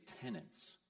tenants